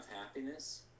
happiness